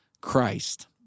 Christ